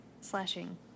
slashing